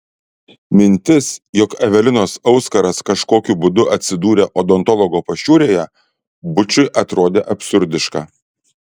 mintis jog evelinos auskaras kažkokiu būdu atsidūrė odontologo pašiūrėje bučui atrodė absurdiška